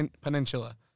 Peninsula